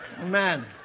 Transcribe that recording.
Amen